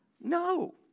no